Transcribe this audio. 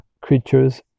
creatures